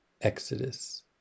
exodus